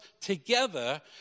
together